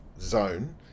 zone